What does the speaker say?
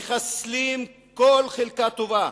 מחסלים כל חלקה טובה,